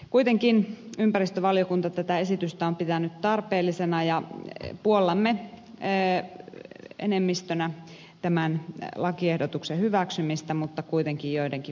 kuitenkin ympäristövaliokunta tätä esitystä on pitänyt tarpeellisena ja puollamme enemmistönä tämän lakiehdotuksen hyväksymistä mutta kuitenkin joidenkin muutosten kera